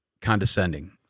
condescending